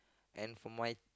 and for my